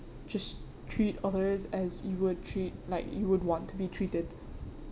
just treat others as you would treat like you would want to be treated